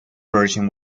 version